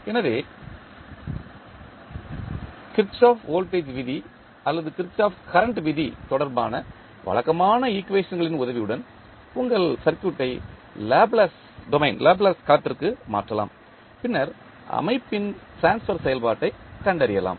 எனவே Kirchhoff voltage விதி அல்லது கிர்ச்சோஃப் கரண்ட் விதி தொடர்பான வழக்கமான ஈக்குவேஷன்களின் உதவியுடன் உங்கள் சர்க்யூட் ஐ லாப்லேஸ் களத்திற்கு மாற்றலாம் பின்னர் அமைப்பின் ட்ரான்ஸ்பர் செயல்பாட்டைக் கண்டறியலாம்